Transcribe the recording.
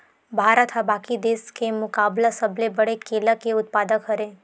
भारत हा बाकि देस के मुकाबला सबले बड़े केला के उत्पादक हरे